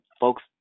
folks